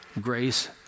grace